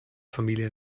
familie